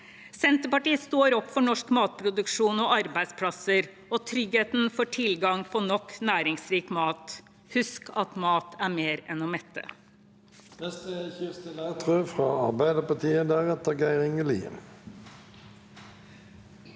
Senterpartiet står opp for norsk matproduksjon, arbeidsplasser og tryggheten for tilgang på nok næringsrik mat. Husk at mat er mer enn å mette.